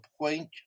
point